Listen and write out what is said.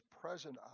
present